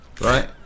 right